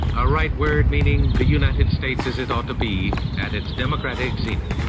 a wright word meaning the united states as it ought to be at its democratic zenith.